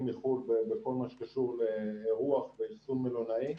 מחו"ל בכל מה שקשור לאירוח --- מלונאי.